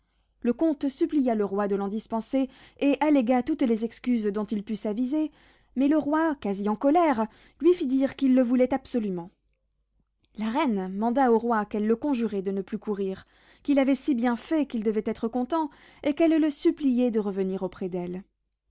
le comte supplia le roi de l'en dispenser et allégua toutes les excuses dont il put s'aviser mais le roi quasi en colère lui fit dire qu'il le voulait absolument la reine manda au roi qu'elle le conjurait de ne plus courir qu'il avait si bien fait qu'il devait être content et qu'elle le suppliait de revenir auprès d'elle